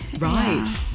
Right